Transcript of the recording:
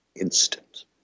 instant